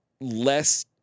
less